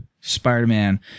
Spider-Man